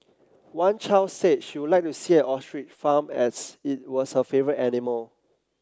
one child said she would like to see an ostrich farm as it was her favourite animal